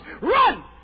Run